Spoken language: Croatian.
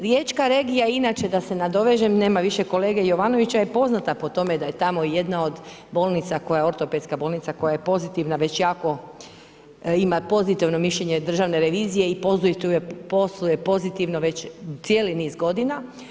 Riječka regija, iako da se nadovežem, nema više kolege Jovanovića, je poznata po tome da je tamo jedna od bolnica, koja je ortopedska bolnica koja je pozitivna već jako, ima pozitivno mišljenje državne revizije i posluje pozitivno već cijeli niz godina.